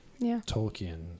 Tolkien